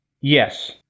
Yes